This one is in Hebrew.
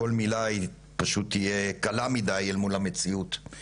כל מילה פשוט תהיה קלה מדי אל מול המציאות.